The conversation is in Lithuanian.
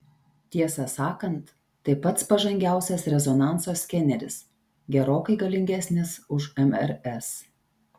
tiesą sakant tai pats pažangiausias rezonanso skeneris gerokai galingesnis už mrs